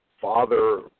father